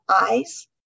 eyes